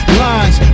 lines